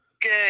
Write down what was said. Good